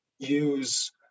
use